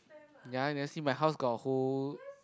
ya never see my house got a whole